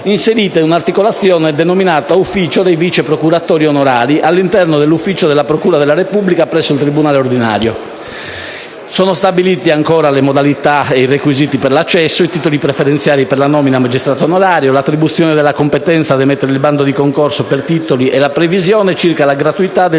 inserita in un'articolazione denominata «ufficio dei vice procuratori onorari» all'interno dell'ufficio della procura della Repubblica presso il tribunale ordinario. Sono stabiliti, oltre ai requisiti ed alle modalità di accesso, i titoli preferenziali per la nomina a magistrato onorario, l'attribuzione della competenza ad emettere il bando di concorso per titoli e la previsione circa la gratuità del